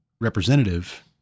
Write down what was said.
representative